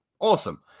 awesome